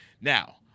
Now